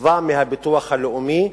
קצבה מהביטוח הלאומי,